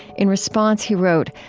in response, he wrote,